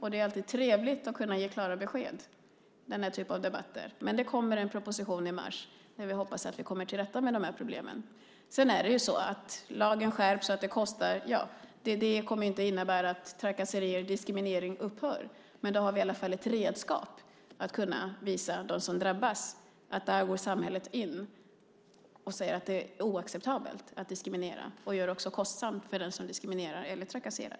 Det är alltid trevligt att kunna ge klara besked i denna typ av debatter. Det kommer en proposition i mars där vi hoppas kunna komma till rätta med dessa problem. Därefter skärps lagen så att det kommer att kosta. Det kommer visserligen inte att innebära att trakasserierna och diskrimineringen upphör, men då har vi åtminstone ett redskap och kan visa dem som drabbas att här går samhället in och säger att diskriminering är oacceptabelt. Dessutom blir det alltså kostsamt för den som diskriminerar eller trakasserar.